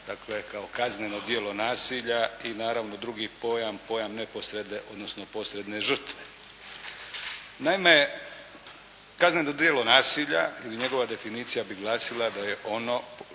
dakle kao kazneno djelo nasilja i naravno drugi pojam, pojam neposredne odnosno posredne žrtve. Naime kazneno djelo nasilja ili njegova definicija bi glasila da je ono